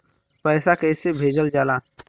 पैसा कैसे भेजल जाला?